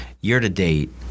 year-to-date